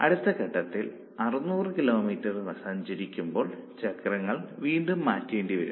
അടുത്ത ഘട്ടത്തിൽ 600 കിലോമീറ്റർ സഞ്ചരിക്കുമ്പോൾ ചക്രങ്ങൾ വീണ്ടും മാറ്റേണ്ടിവരും